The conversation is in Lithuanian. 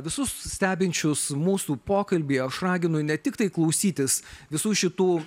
visus stebinčius mūsų pokalbį aš raginu ne tiktai klausytis visų šitų